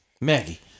Maggie